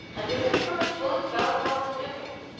and we took from it fully twelve thousand ducats,